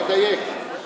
לדייק.